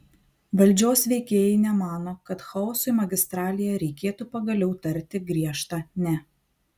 valdžios veikėjai nemano kad chaosui magistralėje reikėtų pagaliau tarti griežtą ne